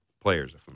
players